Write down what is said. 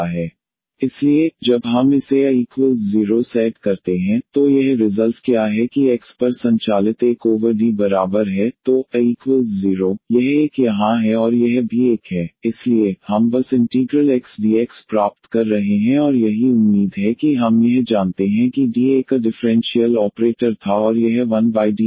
इसलिए जब हम इसे a 0 सेट करते हैं तो यह रिजल्ट क्या है कि X पर संचालित 1 ओवर D बराबर है तो a 0 यह 1 यहां है और यह भी 1 है इसलिए हम बस इंटीग्रल x dx प्राप्त कर रहे हैं और यही उम्मीद है कि हम यह जानते हैं कि D एक डिफ़्रेंशियल ऑपरेटर था और यह 1DX